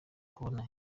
kubona